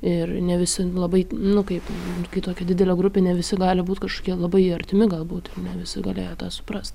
ir ne visi labai nu kaip kai tokia didelė grupė ne visi gali būt kažkokie labai artimi galbūt ir ne visi galėjo tą suprast